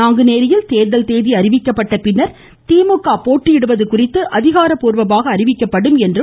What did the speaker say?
நாங்குநேரியில் தேர்தல் தேதி அறிவிக்கப்பட்ட பின்னர் திமுக போட்டியிடுவது குறித்து அதிகாரப்பூர்வமாக அறிவிக்கப்படும் என்றார்